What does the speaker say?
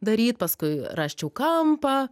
daryt paskui rasčiau kampą